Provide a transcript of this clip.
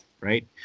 right